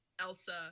Elsa